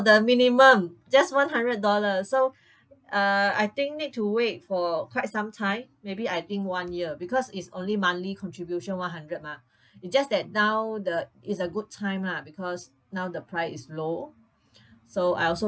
the minimum just one hundred dollars so uh I think need to wait for quite some time maybe I think one year because it's only monthly contribution one hundred mah it's just that now the is a good time lah because now the price is low so I also